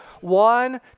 one